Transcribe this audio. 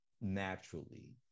naturally